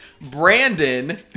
Brandon